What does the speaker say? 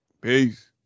Peace